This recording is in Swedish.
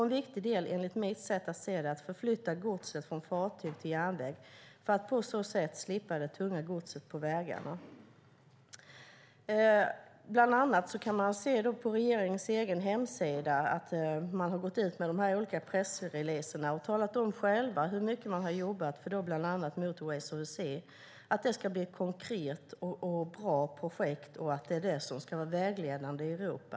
En viktig del enligt mitt sätt att se det är att flytta över godset från fartyg till järnväg för att på så sätt slippa det tunga godset på vägarna. Man kan på regeringens egen hemsida se pressreleaser där regeringen själv talar om hur mycket man har jobbat för att bland annat Motorways of the Sea ska bli ett konkret och bra projekt som är vägledande i Europa.